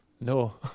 No